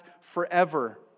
forever